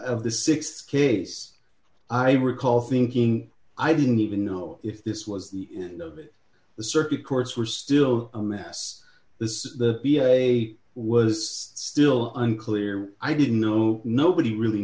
of the six case i recall thinking i didn't even know if this was the end of the circuit courts were still a mess this is the day was still unclear i didn't know nobody really